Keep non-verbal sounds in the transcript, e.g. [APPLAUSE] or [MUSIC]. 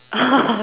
[LAUGHS]